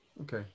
okay